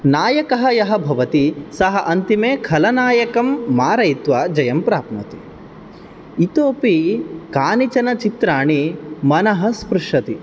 नायकः यः भवति सः अन्तिमे खलनायकं मारयित्वा जयं प्राप्नोति इतोऽपि कानिचन चित्राणि मनः स्पृशति